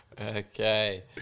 Okay